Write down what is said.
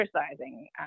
exercising